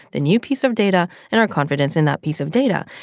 the new piece of data and our confidence in that piece of data.